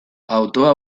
autoa